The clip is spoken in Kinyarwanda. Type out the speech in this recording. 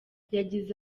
yagize